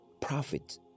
prophet